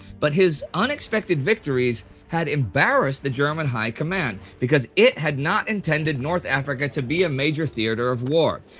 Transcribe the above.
but his unexpected victories had embarrassed the german high command because it had not intended north africa to be a major theater of war.